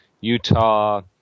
Utah